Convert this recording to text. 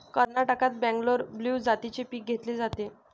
कर्नाटकात बंगलोर ब्लू जातीचे पीक घेतले जाते